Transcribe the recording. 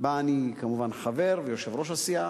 שבה אני כמובן חבר ומכהן כיושב-ראש הסיעה.